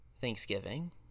Thanksgiving